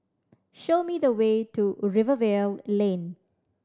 show me the way to Rivervale Lane